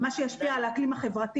מה שישפיע על האקלים החברתי,